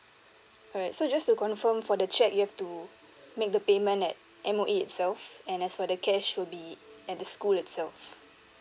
alright so just to confirm for the check you have to make the payment at M_O_E itself and as for the cash will be at the school itself